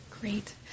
Great